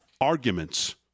arguments